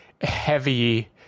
heavy